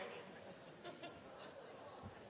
presidenten